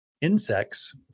insects